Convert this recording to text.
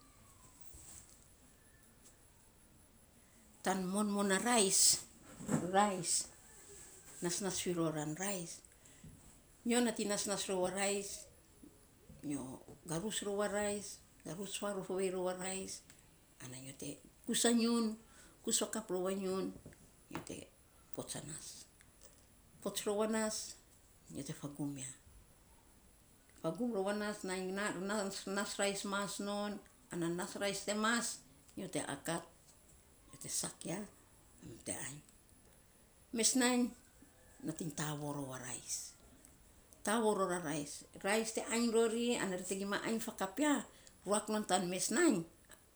tan monmon a rais, nasnas fi ro ran rais, nyo nating nasnas ror a rais nyo garus rou a rais, garus faarof ovei rou a rais ana nyo te kus a ngiun, kus fakap rou a ngiun nyo te pots a nas. Pots rou a nas nyo te fagum ya fagum rou nas rais mas non ana nas rais te mas nyo te akat nyo te sak ya nyo te ainy. Mes nainy nyo nating tavo ron a rais, tavo ror a rais. Rais te ainy ror ri ri te gima ainy fakap ya ruak non tan mes nainy,